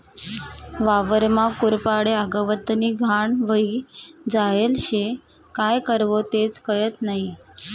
वावरमा कुरपाड्या, गवतनी घाण व्हयी जायेल शे, काय करवो तेच कयत नही?